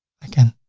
i can